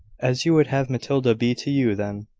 as you would have matilda be to you then,